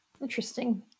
Interesting